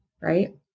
right